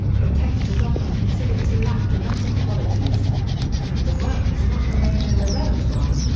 the text is often considered to lack dramatic qualities the work has not remained in the repertoire.